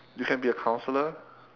you can be a counsellor